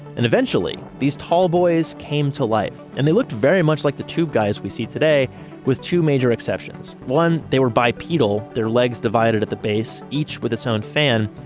and eventually these tall boys came to life and they looked very much like the tube guys we see today with two major exceptions one they were bipedal, their legs divided at the base each with its own fan.